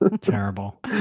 terrible